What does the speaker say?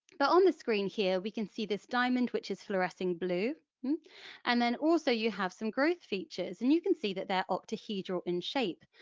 but on the screen here we can see this diamond which is fluorescing blue and then also you have some growth features, and you can see that they're octahedral in shape,